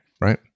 Right